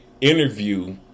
interview